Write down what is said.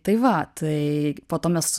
tai va tai po to mes